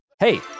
Hey